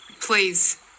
Please